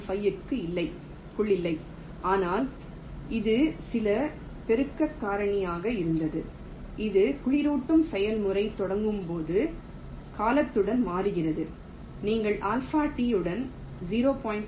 95 க்குள் இல்லை ஆனால் இது சில பெருக்க காரணிகளாக இருந்தது இது குளிரூட்டும் செயல்முறை தொடங்கும் போது காலத்துடன் மாறுகிறது நீங்கள் ஆல்பா T உடன் 0